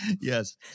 yes